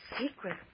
Secret